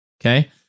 Okay